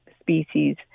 species